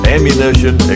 Ammunition